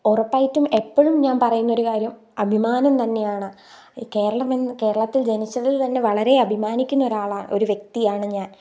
ഉറപ്പായിട്ടും എപ്പോഴും ഞാൻ പറയുന്നൊരു കാര്യം അഭിമാനം തന്നെയാണ് കേരളമെന്ന് കേരളത്തിൽ ജനിച്ചതിൽത്തന്നെ വളരെ അഭിമാനിക്കുന്നൊരാളാണ് ഒരു വ്യക്തിയാണ് ഞാൻ